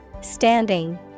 Standing